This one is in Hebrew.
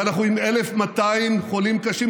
ואנחנו עם 1,200 חולים קשים,